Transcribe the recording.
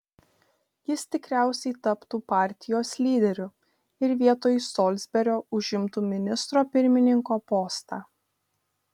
jis tikriausiai taptų partijos lyderiu ir vietoj solsberio užimtų ministro pirmininko postą